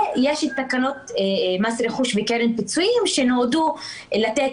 ויש תקנות מס רכוש וקרן פיצויים שנועדו לתת